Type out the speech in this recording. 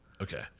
Okay